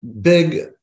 big